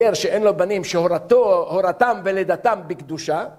שאין לו בנים שהורתם ולידתם בקדושה